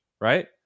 right